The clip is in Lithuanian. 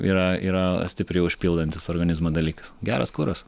yra yra stipriai užpildantis organizmą dalykas geras kuras